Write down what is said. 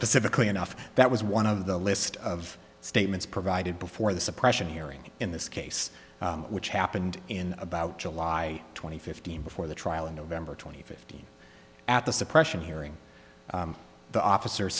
specifically enough that was one of the a list of statements provided before the suppression hearing in this case which happened in about july twenty fifteen before the trial in november twenty fifth at the suppression hearing the officer